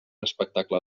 espectacle